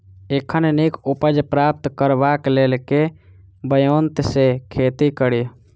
एखन नीक उपज प्राप्त करबाक लेल केँ ब्योंत सऽ खेती कड़ी?